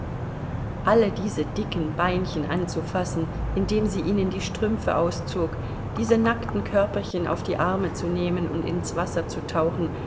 alle diese dicken beinchen anzufassen indem sie ihnen die strümpfe auszog diese nackten körperchen auf die arme zu nehmen und ins wasser zu tauchen